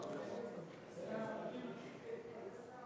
גברתי היושבת-ראש,